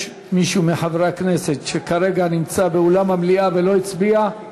יש מישהו מחברי הכנסת שכרגע נמצא באולם המליאה ולא הצביע?